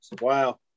wow